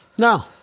No